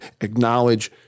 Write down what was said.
acknowledge